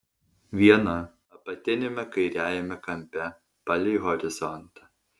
viena apatiniame kairiajame kampe palei horizontą